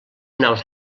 naus